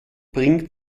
bringt